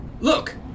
Look